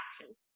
actions